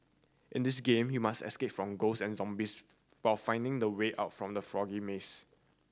in this game you must escape from ghost and zombies while finding the way out from the foggy maze